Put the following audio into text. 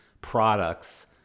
products